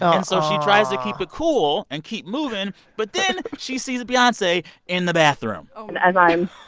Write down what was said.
ah and so she tries to keep it cool and keep moving. but then she sees beyonce in the bathroom and as i'm,